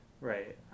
Right